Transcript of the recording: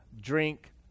drink